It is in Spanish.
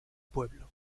pueblo